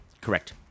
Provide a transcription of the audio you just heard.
Correct